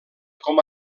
com